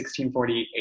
1648